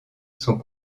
sont